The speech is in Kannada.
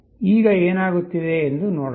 ಈಗ ಏನಾಗುತ್ತಿದೆ ಎಂದು ನೋಡೋಣ